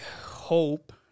hope